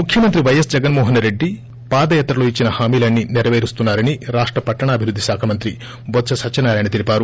ముఖ్యమంత్రి పైఎస్ జగన్ మోహన్ రెడ్డి పాదయాత్రలో ఇచ్చిన హామీలన్ని సేరపేరుస్తున్నా రని రాష్ట పట్టణాభివృద్ధి శాఖ మంత్రి బొత్స సత్యనారాయణ తెలిపారు